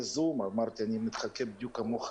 בזום ואמרתי להם שאני מחכה בדיוק כמוהם.